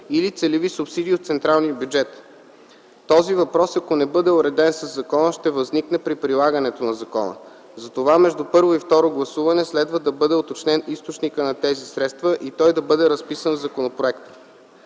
или целеви субсидии от централния бюджет. Този въпрос, ако не бъде уреден със законопроекта, ще възникне при прилагането на закона. Затова между първо и второ гласуване следва да бъде уточнен източника на тези средства и той да бъде разписан в законопроекта.